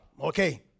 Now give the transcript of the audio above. Okay